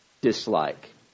dislike